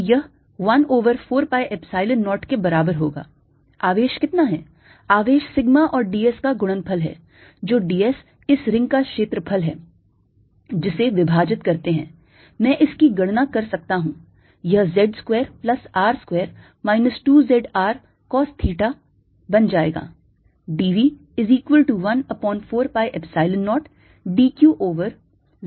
तो यह 1 over 4 pi Epsilon 0 के बराबर होगा आवेश कितना है आवेश sigma और d s का गुणनफल है जो d s इस रिंग का क्षेत्रफल है जिसे विभाजित करते हैं मैं इसकी गणना कर सकता हूं यह z square plus R square minus 2 z R cos of theta बन जाएगा